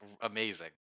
amazing